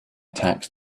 tax